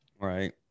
Right